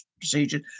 procedure